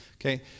Okay